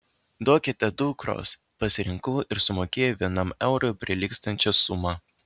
duokite dukros pasirinkau ir sumokėjau vienam eurui prilygstančią sumą